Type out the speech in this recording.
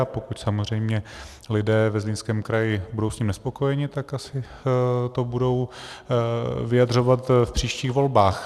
Pokud samozřejmě lidé ve Zlínském kraji s ním budou nespokojeni, tak asi to budou vyjadřovat v příštích volbách.